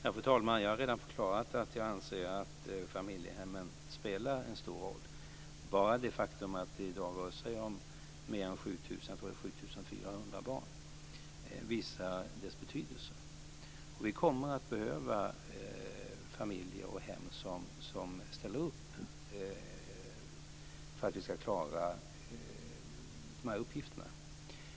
Fru talman! Jag har redan förklarat att jag anser att familjehemmen spelar en stor roll. Bara det faktum att det i dag rör sig om mer än 7 000 - jag tror att det är 7 400 - barn visar deras betydelse. Vi kommer att behöva familjer och hem som ställer upp för att vi ska klara de här uppgifterna.